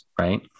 Right